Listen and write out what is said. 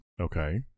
Okay